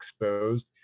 exposed